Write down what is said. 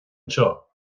anseo